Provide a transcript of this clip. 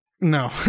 No